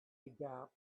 gap